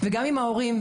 וגם עם ההורים.